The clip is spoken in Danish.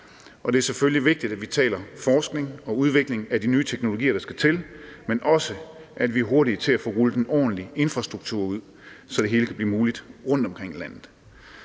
det er selvfølgelig vigtigt, at vi taler forskning og udvikling af de nye teknologier, der skal til, men også, at vi er hurtige til at få rullet en ordentlig infrastruktur ud, så det hele kan blive muligt rundtomkring i landet.